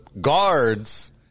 guards